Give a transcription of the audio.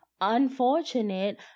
unfortunate